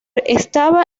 estaba